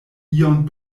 ion